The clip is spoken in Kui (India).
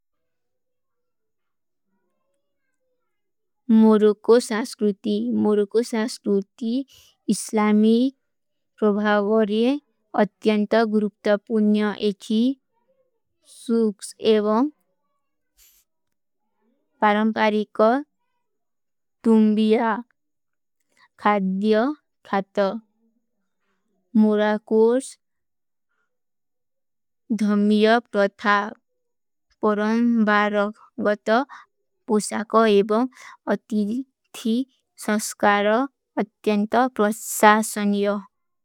ମୋରୋକୋ ସଂସ୍କୁରୁତି, ମୋରୋକୋ ସଂସ୍କୁରୁତି ଇସ୍ଲାମିକ ପ୍ରଭାଵାରେ ଅତ୍ଯାଂତ ଗୁରୁପ୍ତ ପୁଣ୍ଯ ଏଥୀ। ସୁକ୍ସ ଏଵଂ ପରଂପାରିକତ ତୁମ୍ବିଯା ଖାଦ୍ଯଃ ଖାତଃ। ମୁରାକୂର୍ଷ ଧମିଯା ପ୍ରଥାଃ ପରଂବାରଗଵତ ପୁଶାକ ଏଵଂ ଅତିଧୀ ସଂସ୍କାର ଅତ୍ଯଂତ ପ୍ରଶାସନ୍ଯ।